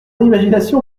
imagination